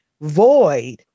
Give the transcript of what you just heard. void